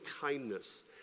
kindness